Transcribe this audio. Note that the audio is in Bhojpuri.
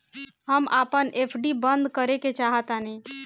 हम अपन एफ.डी बंद करेके चाहातानी